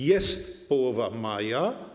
Jest połowa maja.